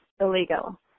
illegal